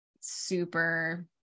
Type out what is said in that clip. super